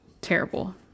terrible